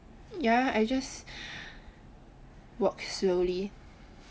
ya I just walk slowly